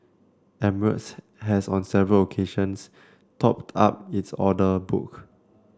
emirates has on several occasions topped up its order book